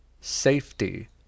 safety